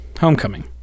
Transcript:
homecoming